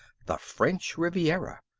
the french riviera!